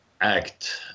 act